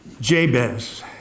Jabez